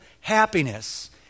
happiness